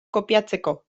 kopiatzeko